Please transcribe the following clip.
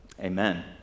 Amen